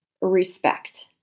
Respect